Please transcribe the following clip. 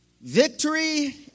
victory